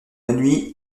nuit